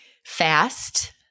fast